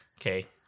okay